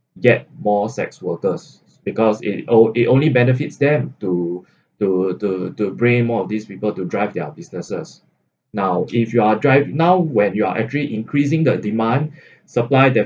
get more sex workers because it o~ it only benefits them to to to to bring more of these people to drive their businesses now if you are drive now when your actually increasing the demand supply them